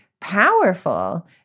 powerful